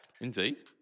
indeed